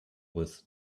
with